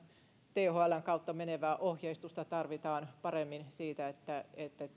thln kautta menevää ohjeistusta tarvitaan paremmin siitä että